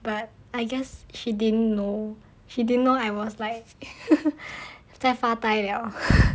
but I guess she didn't know she didn't know I was like 在发呆了